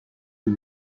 طول